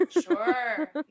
sure